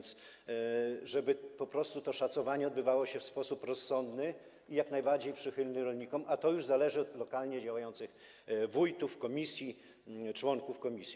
Chodzi o to, żeby po prostu to szacowanie odbywało się w sposób rozsądny i jak najbardziej przychylny rolnikom, a to już zależy od lokalnie działających wójtów, komisji, członków komisji.